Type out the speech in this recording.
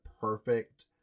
perfect